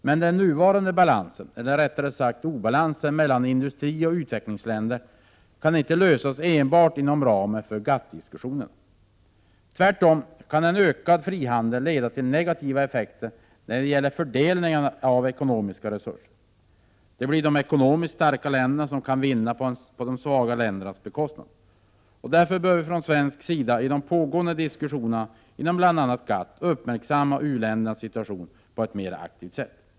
Men den nuvarande balansen -— eller rättare sagt obalansen — mellan industrioch utvecklingsländer kan inte lösas enbart inom ramen för GATT-diskussionerna. Tvärtom kan en ökad frihandel leda till negativa effekter när det gäller fördelningen av ekonomiska resurser. Det blir de ekonomiskt starka länderna som kan vinna på de svagare ländernas bekostnad. Därför bör vi från svensk sida i de pågående diskussionerna inom bl.a. GATT uppmärksamma u-ländernas situation på ett mera aktivt sätt.